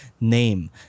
name